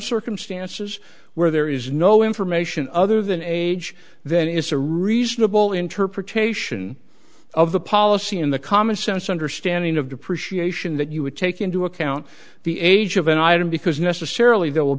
circumstances where there is no information other than age then is a reasonable interpretation of the policy in the common sense understanding of depreciation that you would take into account the age of an item because necessarily there will